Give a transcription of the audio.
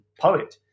poet